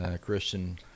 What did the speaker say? Christian